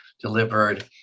delivered